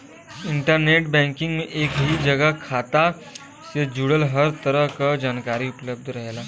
internet banking में एक ही जगह खाता से जुड़ल हर तरह क जानकारी उपलब्ध रहेला